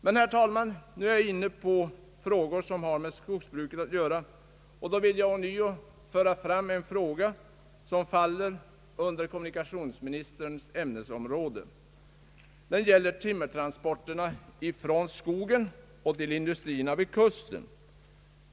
Men, herr talman, nu är jag inne på problem som har med skogsbruket att göra, och då vill jag ånyo föra fram en fråga som faller under kommunikationsministerns ämnesområde. Den gäller timmertransporterna från skogen till industrierna vid kusten.